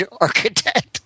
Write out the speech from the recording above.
architect